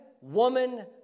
woman